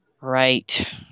right